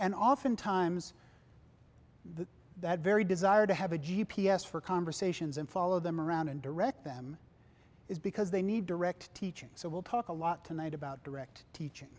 and often times the that very desire to have a g p s for conversations and follow them around and direct them is because they need to wrecked teaching so we'll talk a lot tonight about direct teaching